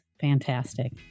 fantastic